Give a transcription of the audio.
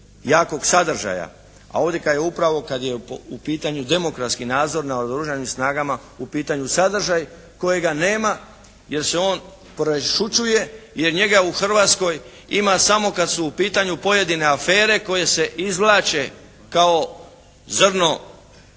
jakog sadržaja. A ovdje kad je u pitanju demokratski nadzor nad Oružanim snagama u pitanju je sadržaj kojega nema jer se on prešućuje, jer njega u Hrvatskoj ima samo kad su u pitanju pojedine afere koje se izvlače kao zrno